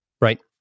right